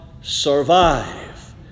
survive